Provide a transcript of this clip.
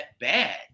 bad